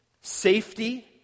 safety